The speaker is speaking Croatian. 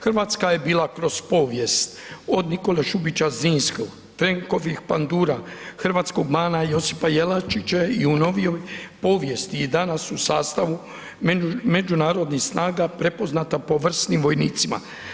Hrvatska je bila kroz povijest od Nikole Šubića Zrinskog, Trenkovih Pandura, hrvatskog Bana Josipa Jelačića i u novijoj povijesti i danas u sastavu Međunarodnih snaga prepoznata po vrsnim vojnicima.